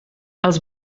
els